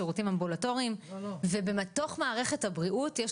שירותים אמבולטוריים וגם בתוך מערכת הבריאות עצמה